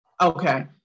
Okay